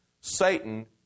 Satan